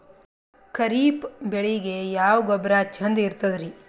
ಖರೀಪ್ ಬೇಳಿಗೆ ಯಾವ ಗೊಬ್ಬರ ಚಂದ್ ಇರತದ್ರಿ?